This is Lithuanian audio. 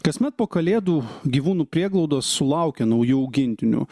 kasmet po kalėdų gyvūnų prieglaudos sulaukia naujų augintinių